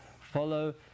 follow